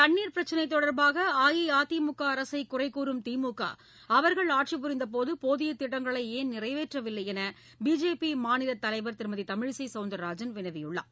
தண்ணீர் பிரச்சினை தொடர்பாக அஇஅதிமுக அரசை குறைகூறும் திமுக அவர்கள் ஆட்சி புரிந்தபோது போதிய திட்டங்களை ஏன் நிறைவேற்றவில்லை என்று பிஜேபி மாநில தலைவர் திருமதி தமிழிசை சவுந்தரராஜன் வினவியுள்ளார்